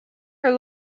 her